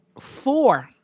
Four